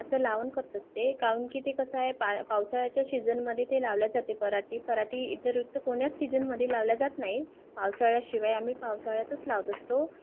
असं लावण करत असते काउन की ते कसं आहे पा पावसाळ्याच्या शीजनमध्ये ते लावल्या जाते पराटी पराटी व्यतिरिक्त कोण्याच सीजनमध्ये लावल्या जात नाही पावसाळ्याशिवाय आम्ही पावसाळ्यातच लावत असतो